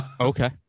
Okay